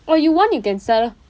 or you want you can sell